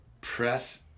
press